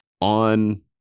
On